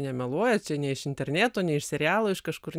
nemeluojat čia ne iš interneto ne iš serialo iš kažkur